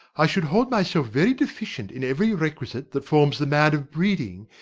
i should hold myself very deficient in every requisite that forms the man of breeding,